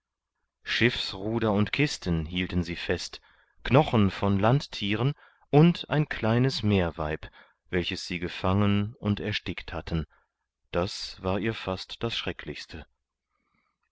schiffsruder und kisten hielten sie fest knochen von landtieren und ein kleines meerweib welches sie gefangen und erstickt hatten das war ihr fast das schrecklichste